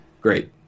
Great